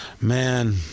Man